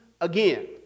again